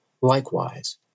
likewise